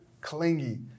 clingy